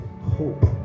hope